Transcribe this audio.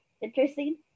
interesting